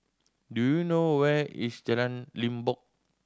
do you know where is Jalan Limbok